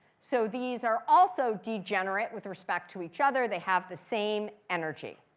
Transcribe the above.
so these are also degenerate. with respect to each other, they have the same energy.